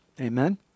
Amen